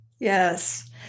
Yes